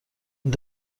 این